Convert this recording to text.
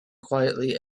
quietly